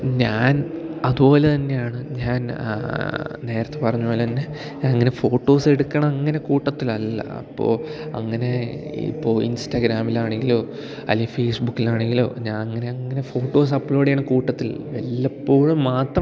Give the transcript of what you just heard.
ഞാൻ അതു പോലെ തന്നെയാണ് ഞാൻ നേരത്തെ പറഞ്ഞ പോലെ തന്നെ ഞാൻ അങ്ങനെ ഫോട്ടോസ് എടുക്കുന്ന അങ്ങനെ കൂട്ടത്തിലല്ല അപ്പോൾ അങ്ങനെ ഇപ്പോൾ ഇൻസ്റ്റാഗ്രാമിലാണെങ്കിലോ അല്ലേ ഫേസ്ബുക്കിലാണെങ്കിലോ ഞാൻ അങ്ങനെ അങ്ങനെ ഫോട്ടോസ് അപ്ലോഡ് ചെയ്യുന്ന കൂട്ടത്തിൽ വല്ലപ്പോഴും മാത്രം